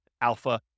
alpha